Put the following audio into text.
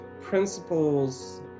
principles